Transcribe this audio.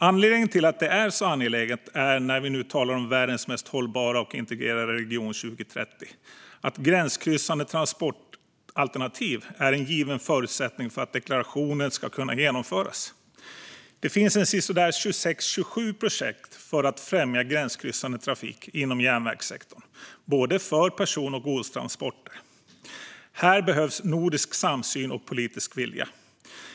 Anledningen till att det är så angeläget är, när vi nu talar om världens med hållbara och integrerade region 2030, att gränskryssande transportalternativ är en given förutsättning för att deklarationen ska kunna genomföras. Det finns 26-27 projekt för att främja gränskryssande trafik inom järnvägssektorn, både för persontransporter och för godstransporter. Här behövs nordisk samsyn och politisk vilja.